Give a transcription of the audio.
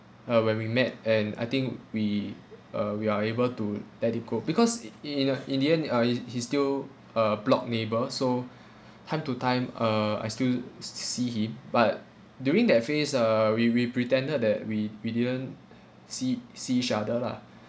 uh when we met and I think we uh we are able to let it go because in in a in the end uh he he still uh block neighbour so time to time ah I still s~ see him but during that phase uh we we pretended that we we didn't see see each other lah